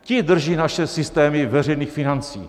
Ti drží naše systémy veřejných financí.